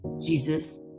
Jesus